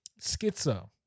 schizo